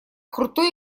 крутой